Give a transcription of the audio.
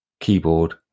keyboard